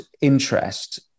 interest